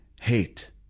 hate